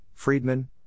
Friedman